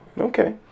okay